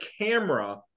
camera